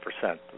percent